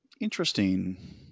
interesting